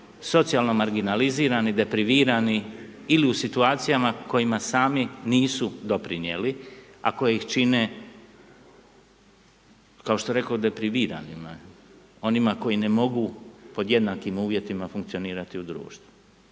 socijalno marginalizirani, deprivirani ili u situacijama kojima sami nisu doprinijeli a koje ih čine kao što rekoh, depriviranima, onima kojima ne mogu pod jednakim uvjetima funkcionirati u društvu.